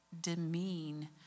demean